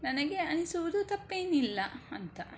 ನನಗೆ ಅನಿಸುವುದು ತಪ್ಪೇನಿಲ್ಲ ಅಂತ